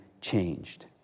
changed